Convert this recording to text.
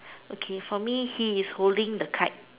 okay for me he is holding the kite